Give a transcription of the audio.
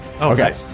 okay